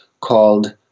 called